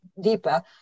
deeper